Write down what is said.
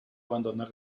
abandonar